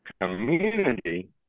community